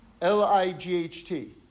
L-I-G-H-T